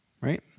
Right